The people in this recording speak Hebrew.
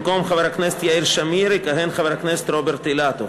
במקום חבר הכנסת יאיר שמיר יכהן חבר הכנסת רוברט אילטוב.